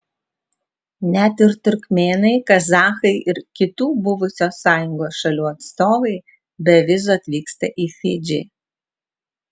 net ir turkmėnai kazachai ir kitų buvusios sąjungos šalių atstovai be vizų atvyksta į fidžį